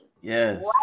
Yes